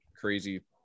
crazy